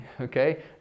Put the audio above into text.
okay